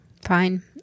Fine